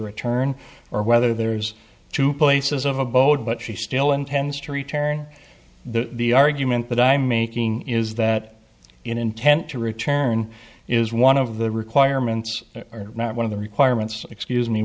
return or whether there's two places of abode but she still intends to return the argument that i'm making is that intent to return is one of the requirements are not one of the requirements excuse me